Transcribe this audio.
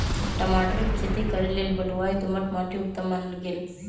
टमाटर कें खेती करे लेल बलुआइ दोमट माटि उत्तम मानल गेल